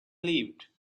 lived